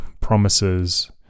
promises